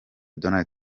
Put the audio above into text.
donald